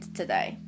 today